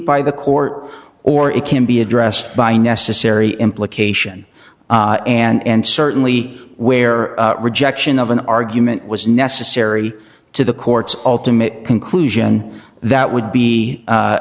by the court or it can be addressed by necessary implication and certainly where rejection of an argument was necessary to the court's ultimate conclusion that would be